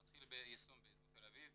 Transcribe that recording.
נתחיל ביישום באזור תל אביב,